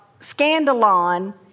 scandalon